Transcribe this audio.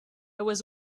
was